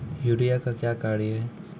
Urea का क्या कार्य हैं?